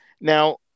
now